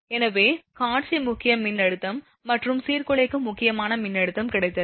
எனவே காட்சி முக்கிய மின்னழுத்தம் மற்றும் சீர்குலைக்கும் முக்கியமான மின்னழுத்தம் கிடைத்தது